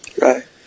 Right